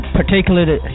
particularly